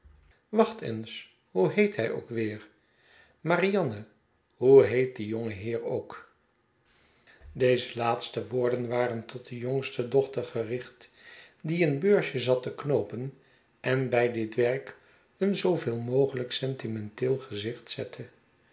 wacht eens hoe heet hij ook weer marianne hoe heet die jonge heer ook deze laatste woorden waren tot de jongste sghetsen van boz dochter gericht die een beursje zat te knoopen en bij dit werk een zooveel mogelijk sentimenteel gezicht zette